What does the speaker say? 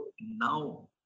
now